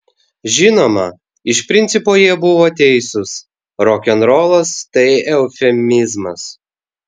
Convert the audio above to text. žinoma iš principo jie buvo teisūs rokenrolas tai eufemizmas